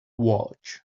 watch